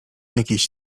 jakiś